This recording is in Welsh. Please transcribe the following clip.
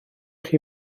chi